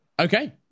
Okay